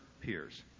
peers